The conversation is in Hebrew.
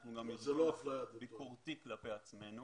ואנחנו גם ביקורתיים כלפי עצמנו